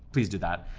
please do that.